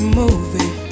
movie